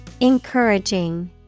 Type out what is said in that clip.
Encouraging